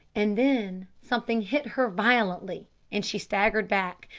and then something hit her violently and she staggered back,